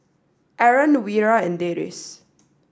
Aaron Wira and Deris